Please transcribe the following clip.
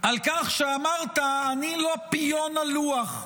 על כך שאמרת: אני לא פיון על לוח.